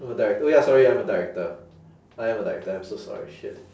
I'm a direc~ oh ya sorry I'm a director I am a director I'm so sorry shit